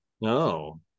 No